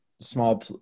small